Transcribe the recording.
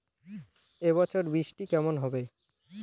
এবছর বৃষ্টি কেমন হবে?